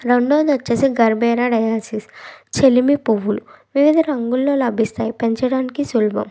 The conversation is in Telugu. రెండోదొచ్చేసి గర్భేరియన్ డయాసిస్ చెలిమి పువ్వులు వివిధ రంగుల్లో లభిస్తాయి పెంచడానికి సులభం